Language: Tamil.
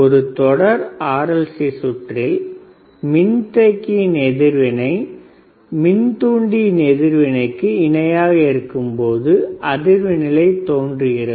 ஒரு தொடர் RLC சுற்றில் மின்தேக்கியின் எதிர்வினை மின்தூண்டியின் எதிர்வினைக்கு இணையாக இருக்கும்பொழுது அதிர்வு நிலை தோன்றுகிறது